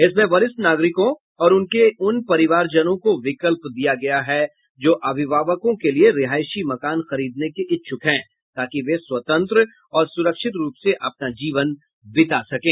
इसमें वरिष्ठ नागरिकों और उनके उन परिवारजनों को विकल्प दिया गया है जो अभिभावकों के लिए रिहायशी मकान खरीदने के इच्छुक हैं ताकि वे स्वतंत्र और सुरक्षित रूप से अपना जीवन बिता सकें